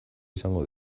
izango